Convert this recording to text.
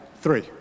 Three